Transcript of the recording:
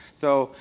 so,